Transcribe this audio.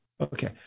Okay